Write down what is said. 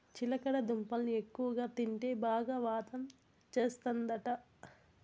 చిలకడ దుంపల్ని ఎక్కువగా తింటే బాగా వాతం చేస్తందట